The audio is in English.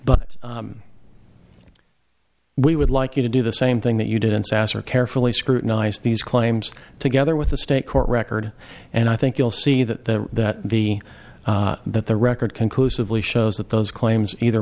but we would like you to do the same thing that you did in sas or carefully scrutinized these claims together with the state court record and i think you'll see that the that the record conclusively shows that those claims either